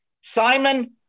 Simon